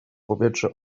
powietrze